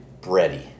bready